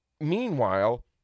meanwhile